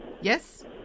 Yes